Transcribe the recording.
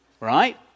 Right